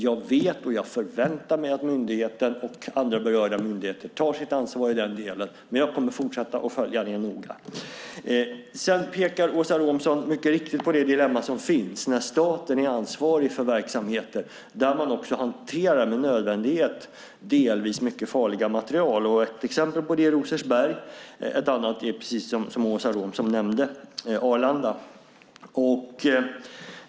Jag vet och förväntar mig att myndigheten och andra berörda myndigheter tar sitt ansvar i den delen, men jag kommer att fortsätta följa detta noggrant. Sedan pekar Åsa Romson mycket riktigt på det dilemma som finns när staten är ansvarig för verksamheter där man också med nödvändighet hanterar delvis mycket farliga material. Ett exempel på det är Rosersberg. Ett annat är, precis som Åsa Romson nämnde, Arlanda.